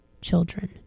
children